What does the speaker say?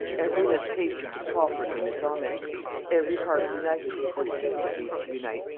every lip hastened to proffer him its homage every heart united, or seemed at least to unite,